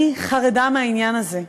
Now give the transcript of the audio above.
אני חרדה מהעניין הזה.